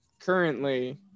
Currently